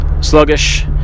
sluggish